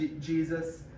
Jesus